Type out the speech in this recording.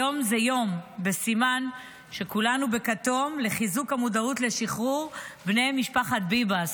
היום זה יום בסימן שכולנו בכתום לחיזוק המודעות לשחרור בני משפחת ביבס,